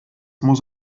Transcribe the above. muss